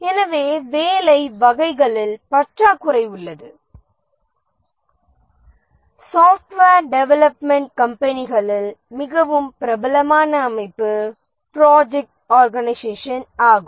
எனவே வேலை வகைகளில் பற்றாக்குறை உள்ளது சாப்ட்வேர் டெவெலப்மென்ட் கம்பெனிகளில் மிகவும் பிரபலமான அமைப்பு ப்ராஜெக்ட் ஆர்கனைசேஷன் ஆகும்